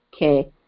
Okay